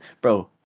bro